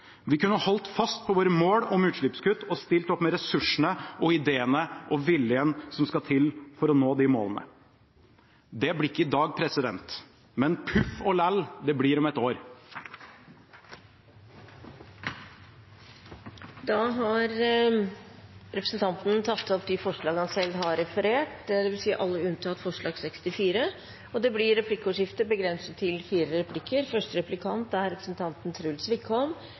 Vi kunne holdt fast på våre mål om utslippskutt og stilt opp med ressursene, ideene og viljen som skal til for å nå de målene. Det blir ikke i dag. Men – puff og læll – det blir om et år. Representanten Snorre Serigstad Valen har tatt opp de forslagene han refererte til, dvs. alle SVs forslag unntatt forslag nr. 64. Det blir replikkordskifte. Det kunne ha vært fristende å be representanten